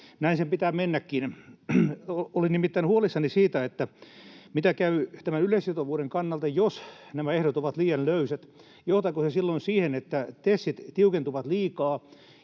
Näin sen pitää mennäkin. Olin nimittäin huolissani siitä, miten käy tämän yleissitovuuden kannalta, jos nämä ehdot ovat liian löysät: johtaako se silloin siihen, että TESit tiukentuvat liikaa,